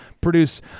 produce